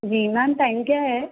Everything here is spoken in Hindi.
जी मैम टाइम क्या है